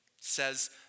Says